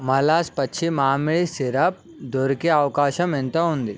మలాస్ పచ్చి మామిడి సిరప్ దొరికే అవకాశం ఎంత ఉంది